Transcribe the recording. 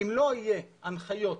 אם לא יהיו הנחיות